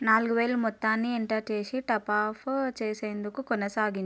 నాలుగు వేలు మొత్తాన్ని ఎంటర్ చేసి టపాఫ్ చేసేందుకు కొనసాగించు